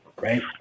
right